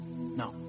No